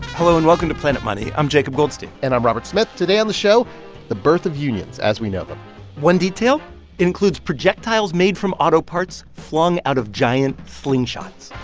hello, and welcome to planet money. i'm jacob goldstein and i'm robert smith. today on the show the birth of unions as we know them one detail includes projectiles made from auto parts flung out of giant slingshots